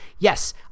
Yes